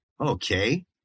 Okay